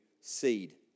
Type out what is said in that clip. seed